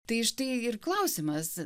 tai štai ir klausimas